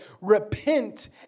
repent